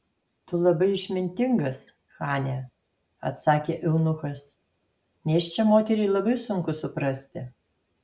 tu labai išmintingas chane atsakė eunuchas nėščią moterį labai sunku suprasti